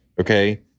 okay